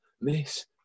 miss